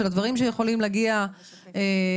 של הדברים שיכולים להגיע מהחוויות